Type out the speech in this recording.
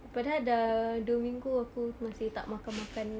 padahal dah dua minggu aku masih tak makan makan